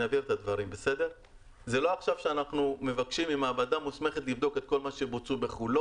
זה לא שעכשיו אנחנו מבקשים ממעבדה מוסמכת לבדוק את כל מה שביצעו בחו"ל.